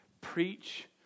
Preach